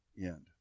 end